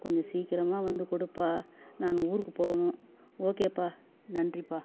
கொஞ்சம் சீக்கிரமாக வந்து கொடுப்பா நான் ஊருக்கு போகணும் ஓகேப்பா நன்றிப்பா